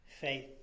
faith